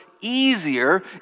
easier